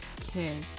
Okay